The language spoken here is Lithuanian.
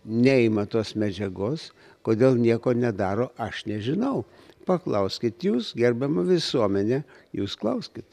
neima tos medžiagos kodėl nieko nedaro aš nežinau paklauskit jūs gerbiama visuomene jūs klauskit